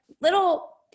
little